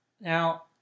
Now